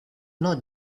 not